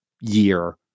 year